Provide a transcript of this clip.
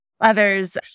others